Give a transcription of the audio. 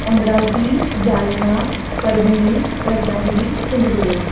Amravati Jalna Parbhani Ratnagiri Sindhudurg